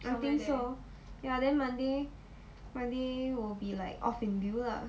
I think so ya then monday when they will be like off in lieu ah